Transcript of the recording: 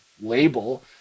label